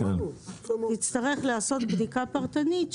נצטרך לעשות בדיקה פרטנית.